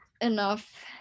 enough